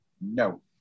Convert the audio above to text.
no